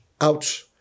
out